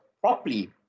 properly